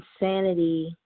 insanity